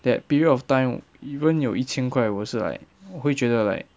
that period of time even 有一千块我是 like 我会觉得 like